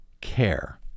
care